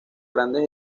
grandes